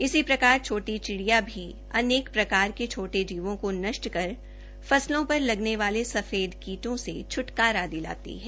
इसी प्रकार छोटी चिड़ियां भी अनेक प्रकार के छोटे जीवों को नष्ट कर फसलों पर लगने वाले सफेद कींटों से छटकारा दिलाती है